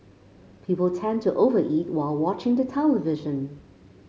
people tend to over eat while watching the television